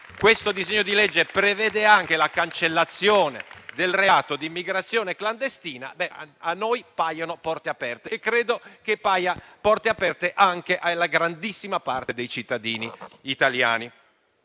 questo disegno di legge prevede anche la cancellazione del reato di immigrazione clandestina. A noi paiono porte aperte e credo che paiano porte aperte anche alla grandissima parte dei cittadini italiani.